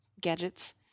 gadgets